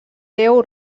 déu